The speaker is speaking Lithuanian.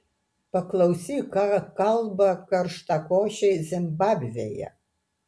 paklausyk ką kalba karštakošiai zimbabvėje